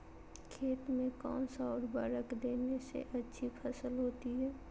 खेत में कौन सा उर्वरक देने से अच्छी फसल होती है?